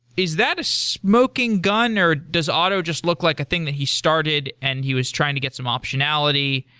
is that smoking gun, or does otto just look like a thing that he started, and he was trying to get some optionality,